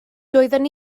doeddwn